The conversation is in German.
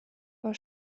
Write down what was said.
war